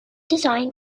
design